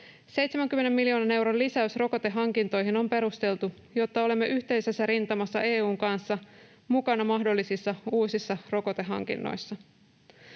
70 miljoonan euron lisäys rokotehankintoihin on perusteltu, jotta olemme yhteisessä rintamassa EU:n kanssa mukana mahdollisissa uusissa rokotehankinnoissa.